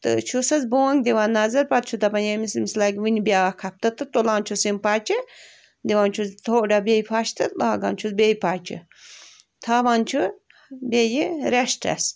تہٕ چھُس حظ بونٛگ دِوان نظر پتہٕ چھُ دَپان ییٚمِس أمِس لَگہِ وُنہِ بیٛاکھ ہفتہٕ تہٕ تُلان چھُس یِم پَچہِ دِوان چھُس تھوڑا بیٚیہِ فَش تہٕ لاگان چھُس بیٚیہِ پَچہِ تھاوان چھُ بیٚیہِ ریٚسٹس